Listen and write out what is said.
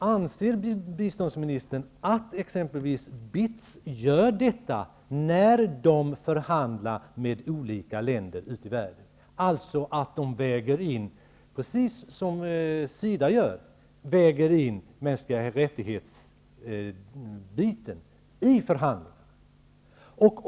Anser biståndsministern att exempelvis BITS gör detta, dvs. att man precis som SIDA väger in aspekten om de mänskliga rättigheterna i förhandlingarna, när man förhandlar med olika länder ute i världen?